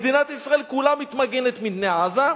מדינת ישראל כולה מתמגנת מפני עזה,